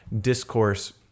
Discourse